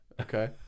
okay